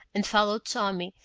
and followed tommy,